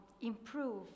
improve